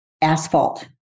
asphalt